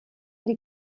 die